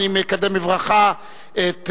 אני מקדם בברכה את